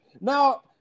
Now